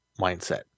mindset